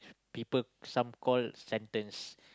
people some call sentence